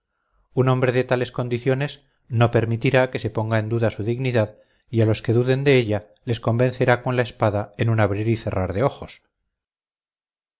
un hombre de tales condiciones no permitirá que se ponga en duda su dignidad y a los que duden de ella les convencerá con la espada en un abrir y cerrar de ojos